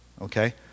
okay